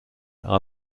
are